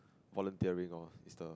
volunteering orh is the